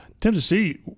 Tennessee